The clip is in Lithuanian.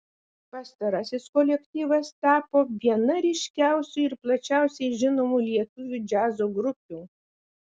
pastarasis kolektyvas tapo viena ryškiausių ir plačiausiai žinomų lietuvių džiazo grupių